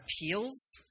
appeals